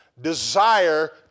desire